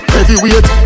Heavyweight